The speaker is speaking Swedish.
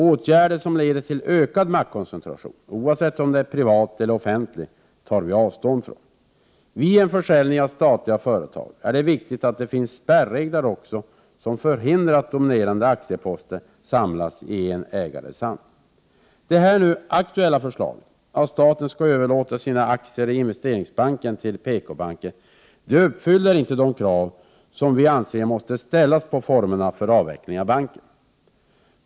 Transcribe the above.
Åtgärder som leder till ökad maktkoncentration — oavsett om denna är privat eller offentlig — tar vi avstånd från. Vid en försäljning av statliga företag är det viktigt att det finns spärregler som förhindrar att dominerande aktieposter samlas i en ägares hand. Det nu aktuella förslaget, att staten skall överlåta sina aktier i Investeringsbanken till PKbanken, uppfyller inte de krav som vi anser måste ställas på formerna för avveckling av banken.